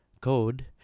code